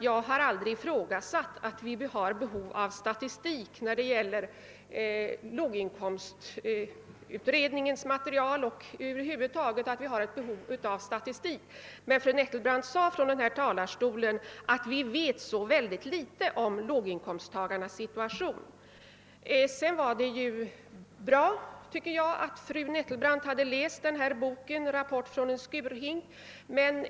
Jag har aldrig ifrågasatt att vi har behov av statistik, vare sig när det gäller låginkomstutredningens material eller i övrigt. Fru Nettelbrandt sade emellertid från denna talarstol att vi vet så oerhört litet om låginkomsttagarnas situation. Det var bra att fru Nettelbrandt hade läst boken »Rapport från en skurhink«.